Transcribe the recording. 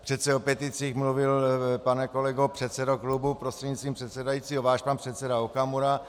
Přece o peticích mluvil, pane kolego předsedo klubu prostřednictvím předsedajícího, váš pan předseda Okamura.